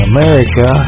America